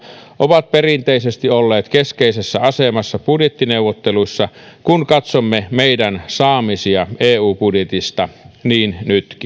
ovat perinteisesti olleet keskeisessä asemassa budjettineuvotteluissa kun katsomme meidän saamisiamme eu budjetista niin nytkin